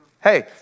Hey